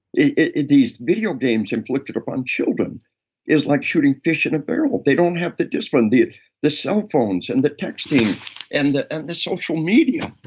these video games inflicted upon children is like shooting fish in a barrel. they don't have the discipline. the the cell phones and the texting and the and the social media.